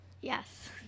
Yes